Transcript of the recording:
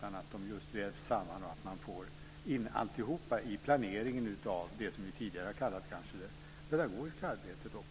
De ska just vävas samman, och man ska få in alltihopa i planeringen av det som vi tidigare kanske har kallat det pedagogiska arbetet.